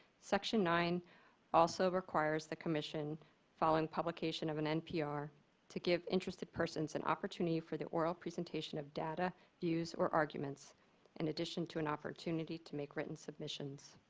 section nine also requires the commission following publication of an npr to give interested persons an and opportunity for the oral presentation of data, dues or arguments in addition to an opportunity to make written submissions.